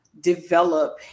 develop